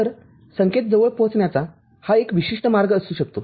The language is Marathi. तर संकेत जवळ पोहचण्याचा हा एक विशिष्ट मार्ग असू शकतो